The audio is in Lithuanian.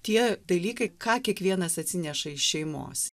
tie dalykai ką kiekvienas atsineša iš šeimos